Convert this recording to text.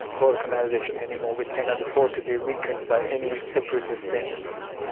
balkanisation any more, which cannot afford to be weakened by any separatist tendencies.